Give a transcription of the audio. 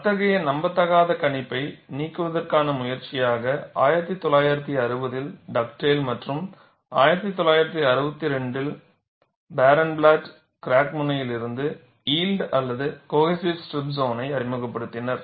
அத்தகைய நம்பத்தகாத கணிப்பை நீக்குவதற்கான முயற்சியாக 1960 இல் டக்டேல் மற்றும் 1962 இல் பாரன்ப்ளாட் கிராக் முனையில் இருந்து யில்ட் அல்லது கோஹெசிவ் ஸ்ட்ரிப் சோனை அறிமுகப்படுத்தினர்